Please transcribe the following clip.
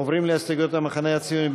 עוברים להסתייגויות המחנה הציוני.